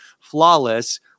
flawless